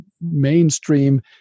mainstream